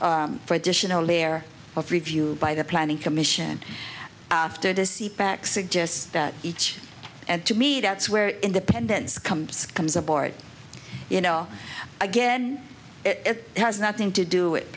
require for additional layer of review by the planning commission after this back suggests that each and to me that's where independence comes comes aboard you know again it has nothing to do it